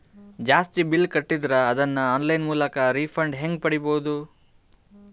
ಜಾಸ್ತಿ ಬಿಲ್ ಕಟ್ಟಿದರ ಅದನ್ನ ಆನ್ಲೈನ್ ಮೂಲಕ ರಿಫಂಡ ಹೆಂಗ್ ಪಡಿಬಹುದು?